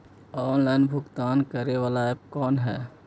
Online भुगतान करे बाला ऐप कौन है?